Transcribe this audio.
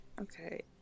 okay